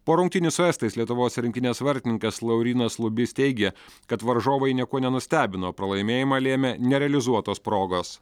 po rungtynių su estais lietuvos rinktinės vartininkas laurynas lubys teigė kad varžovai niekuo nenustebino pralaimėjimą lėmė nerealizuotos progos